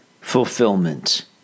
fulfillment